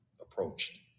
approached